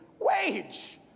wage